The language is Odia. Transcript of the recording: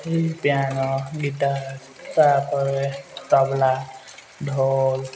ପିଆାନୋ ଗିଟାର ତା'ପରେ ତାବଲା ଢୋଲ୍